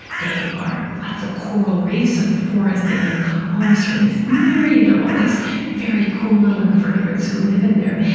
they are like the coral reefs of the forest, they make homes for this myriad of all these very cool little invertebrates who live in there.